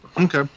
Okay